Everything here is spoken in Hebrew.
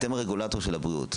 אתם הרגולטור של הבריאות,